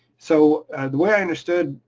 so the way i understood,